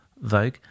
Vogue